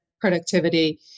productivity